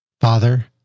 Father